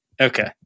Okay